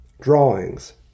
Drawings